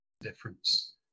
difference